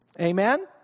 Amen